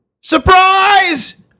SURPRISE